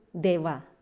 deva